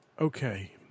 Okay